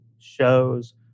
shows